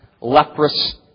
leprous